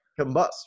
combust